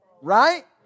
Right